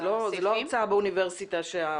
זו לא הרצאה באוניברסיטה.